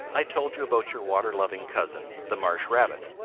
i told you about your water-loving cousin, the marsh rabbit.